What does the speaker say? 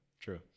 true